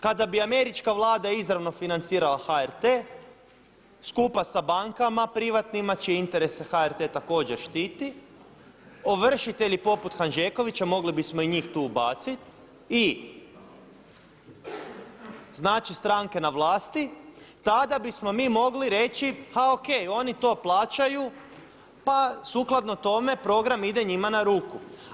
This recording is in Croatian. Kada bi američka vlada izravno financirala HRT, skupa sa bankama privatnima čije interese HRT također štiti, ovršitelji poput Hanžekovića, mogli bismo i njih tu ubaciti i znači stranke na vlasti tada bismo mi mogli reći, a ok, oni to plaćaju pa sukladno tome program ide njima na ruku.